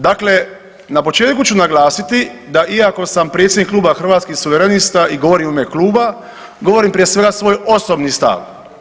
Dakle, na početku ću naglasiti da iako sam predsjednik Kluba Hrvatskih suverenista i govorim u ime kluba, govorim prije svega svoj osobni stav.